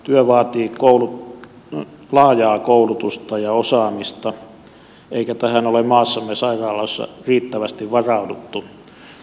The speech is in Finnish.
työ vaatii laajaa koulutusta ja osaamista eikä tähän ole maassamme sairaaloissa riittävästi varauduttu